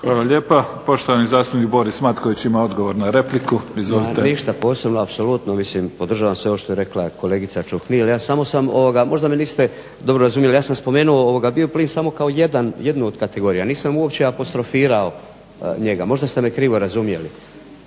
Hvala lijepa. Poštovani zastupnik Boris Matković ima odgovor na repliku. Izvolite. **Matković, Borislav (HDZ)** Ništa posebno, apsolutno mislim podržavam sve ovo što je rekla kolegica Čuhnil, ali možda me niste dobro razumjeli. Ja sam spomenuo bioplin samo kao jednu od kategorija, nisam uopće apostrofirao njega. Možda ste me krivo razumjeli.